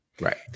right